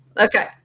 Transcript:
Okay